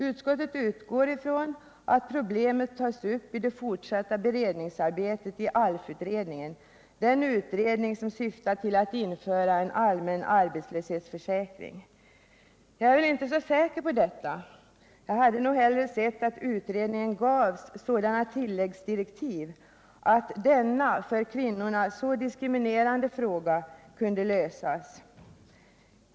Utskottet utgår från att problemet tas upp i det fortsatta beredningsarbetet i ALF-utredningen, den utredning som syftar till att införa en allmän arbetslöshetsförsäkring. Jag är väl inte så säker på detta. Jag hade hellre sett att utredningen gavs sådana tilläggsdirektiv att denna för kvinnorna så diskriminerande fråga kunde lösas.